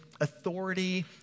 authority